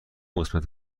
قسمت